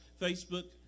Facebook